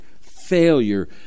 failure